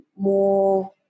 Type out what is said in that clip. more